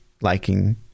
liking